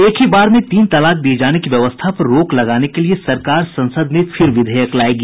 एक ही बार में तीन तलाक दिए जाने की व्यवस्था पर रोक लगाने के लिए सरकार संसद में फिर विधेयक लाएगी